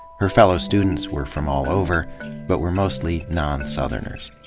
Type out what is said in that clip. her fellow students were from all over but were mostly non southerners.